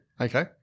Okay